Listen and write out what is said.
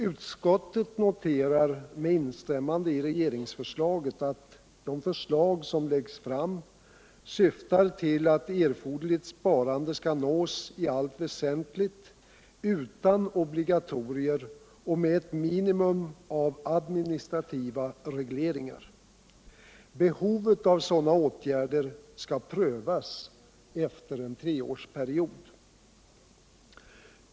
Utskottet noterar med instämmande i regeringsförslaget, att de förslag som läggs fram syftar till att erforderligt sparande skall nås i allt väsentligt utan obligatorier och med ett minimum av administrativa regleringar. Behovet av sådana åtgärder skall prövas efter en treårsperiod.